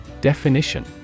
Definition